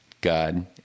God